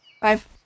Five